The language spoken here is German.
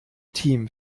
team